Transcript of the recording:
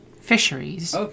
Fisheries